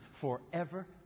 forever